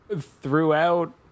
throughout